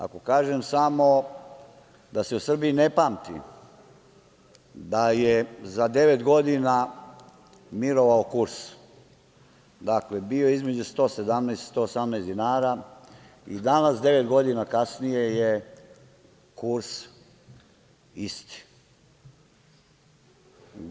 Ako kažem, samo da se u Srbiji ne pamti da je za devet godina mirovao kurs, dakle, bio je između 117 i 118 dinara i danas devet godina kasnije je kurs isti.